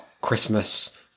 Christmas